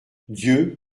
dieu